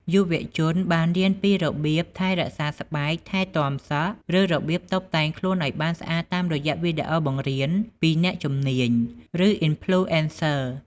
យុវជនបានរៀនពីរបៀបថែរក្សាស្បែក ថែទាំសក់ ឬរបៀបតុបតែងខ្លួនឲ្យបានស្អាតតាមរយៈវីដេអូបង្រៀន ពីអ្នកជំនាញ ឬ អុីនផ្លូអេនសឺ ។